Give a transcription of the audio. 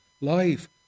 life